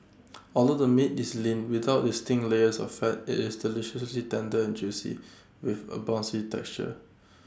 although the meat is lean without distinct layers of fat IT is deliciously tender and juicy with A bouncy texture